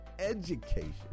education